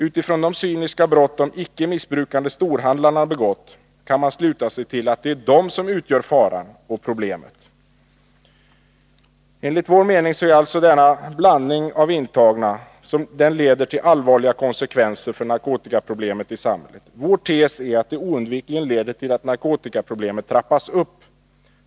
Utifrån de cyniska brott de icke missbrukande storhandlarna begått, kan man sluta sig till att det är de som utgör faran och problemet. Enligt vår mening får denna blandning av intagna allvarliga konsekvenser för narkotikaproblemet i samhället. Vår tes är att det oundvikligen leder till att narkotikaproblemet trappas upp.